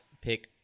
pick